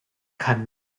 kann